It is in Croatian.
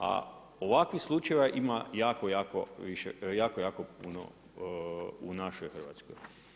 A ovakvih slučajeva ima jako, jako puno u našoj Hrvatskoj.